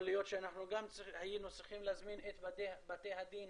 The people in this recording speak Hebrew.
יכול להיות שהיינו צריכים להזמין גם את בתי הדין